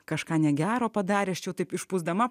kažką negero padarė aš čia jau taip išpūsdama